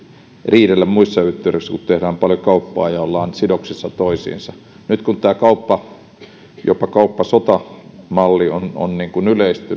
riidellä muissa yhteyksissä kun tehdään paljon kauppaa ja ollaan sidoksissa toisiinsa nyt kun tämä kauppamalli jopa kauppasotamalli on yleistynyt ja